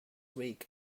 week